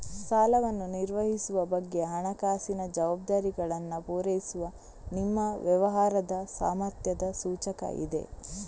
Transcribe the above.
ಸಾಲವನ್ನು ನಿರ್ವಹಿಸುವ ಬಗ್ಗೆ ಹಣಕಾಸಿನ ಜವಾಬ್ದಾರಿಗಳನ್ನ ಪೂರೈಸುವ ನಿಮ್ಮ ವ್ಯವಹಾರದ ಸಾಮರ್ಥ್ಯದ ಸೂಚಕ ಇದೆ